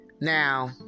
now